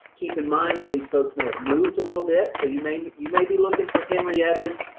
keep in mind that these folks may have moved a little bit so you may you may be looking for henriettas,